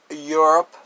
Europe